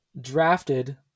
drafted